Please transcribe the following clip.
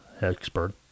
expert